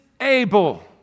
able